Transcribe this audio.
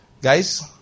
Guys